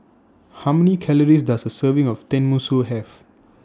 How Many Calories Does A Serving of Tenmusu Have